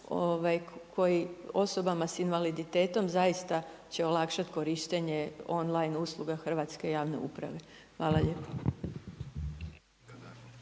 koji osobama s invaliditetom zaista će olakšati korištenje on-line usluge hrvatske javne uprave. Hvala lijepo.